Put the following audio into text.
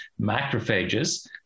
macrophages